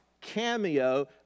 cameo